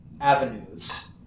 avenues